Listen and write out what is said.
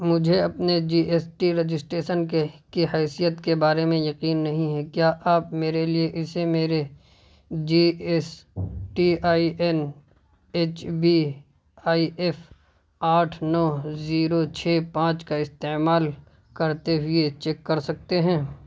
مجھے اپنے G S T registration کے کی حیثیت کے بارے میں یقین نہیں ہے کیا آپ میرے لیے اسے میرے G S T I N H B I F آٹھ نو زیرو چھ پانچ کا استعمال کرتے ہوئے چیک کر سکتے ہیں